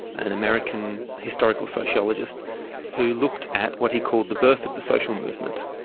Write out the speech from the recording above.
an american historical sociologist who looked at what he called the birth of the social movement.